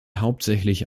hauptsächlich